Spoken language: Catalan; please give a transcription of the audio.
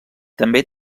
també